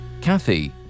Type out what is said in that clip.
Kathy